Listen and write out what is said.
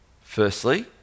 Firstly